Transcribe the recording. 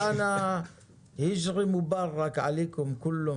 שנה היג'רית מבורכת לכולכם.